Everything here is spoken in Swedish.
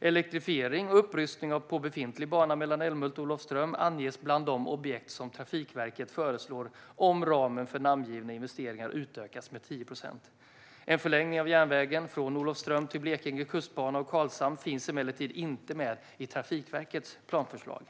Elektrifiering och upprustning på befintlig bana mellan Älmhult och Olofström anges bland de objekt som Trafikverket föreslår om ramen för namngivna investeringar utökas med 10 procent. En förlängning av järnvägen från Olofström till Blekinge kustbana och Karlshamn finns emellertid inte med i Trafikverkets planförslag.